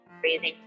Breathing